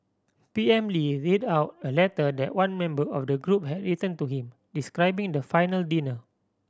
P M Lee read out a letter that one member of the group had written to him describing the final dinner